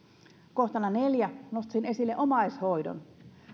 kohtana neljä nostaisin esille omaishoidon